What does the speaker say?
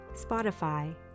Spotify